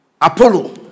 Apollo